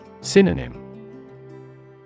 Synonym